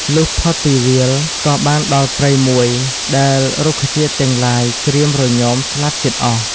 លុះផុតពីវាល ក៏បានដល់ព្រៃមួយដែលរុក្ខជាតិទាំងឡាយក្រៀមរញមស្លាប់ជិតអស់ ។